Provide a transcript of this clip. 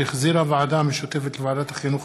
שהחזירה הוועדה המשותפת לוועדת החינוך,